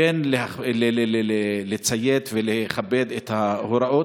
כן לציית ולכבד את ההוראות.